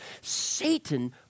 Satan